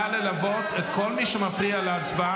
נא ללוות את כל מי שמפריע להצבעה,